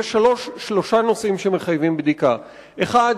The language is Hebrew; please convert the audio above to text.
יש שלושה נושאים שמחייבים בדיקה: האחד,